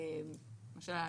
למשל,